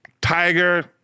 Tiger